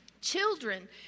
Children